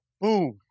boom